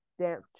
dance